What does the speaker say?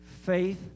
faith